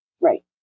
Right